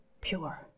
pure